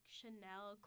Chanel